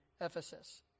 Ephesus